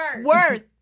worth